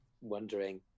wondering